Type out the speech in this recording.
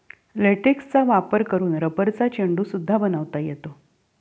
लेटेक्सचा वापर करून रबरचा चेंडू सुद्धा बनवता येतो